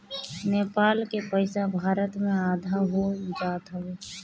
नेपाल के पईसा भारत में आधा हो जात हवे